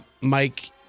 Mike